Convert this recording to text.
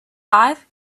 five